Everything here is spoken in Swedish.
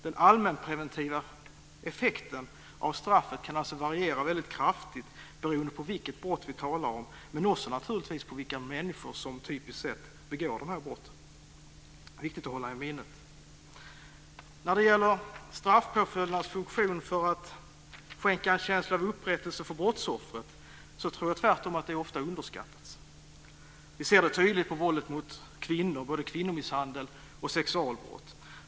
Den allmänpreventiva effekten av straffet kan alltså variera väldigt kraftigt beroende på vilket brott vi talar om, men också naturligtvis beroende på vilka människor som typiskt sett begår de här brotten. Det är viktigt att hålla i minnet. När det gäller straffpåföljdernas funktion för att skänka en känsla av upprättelse åt brottsoffret tror jag tvärtom att den ofta underskattas. Vi ser det tydligt på våldet mot kvinnor, både kvinnomisshandel och sexualbrott.